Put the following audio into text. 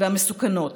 המסוכנות.